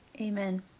Amen